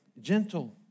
gentle